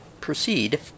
proceed